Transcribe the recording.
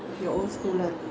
what school you went to